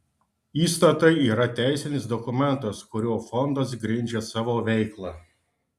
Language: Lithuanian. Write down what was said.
įstatai yra teisinis dokumentas kuriuo fondas grindžia savo veiklą